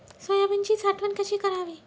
सोयाबीनची साठवण कशी करावी?